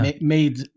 made